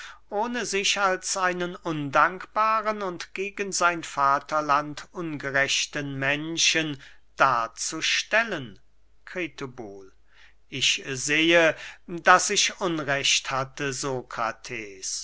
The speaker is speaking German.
ohne sich als einen undankbaren und gegen sein vaterland ungerechten menschen darzustellen kritobul ich sehe daß ich unrecht hatte